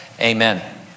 amen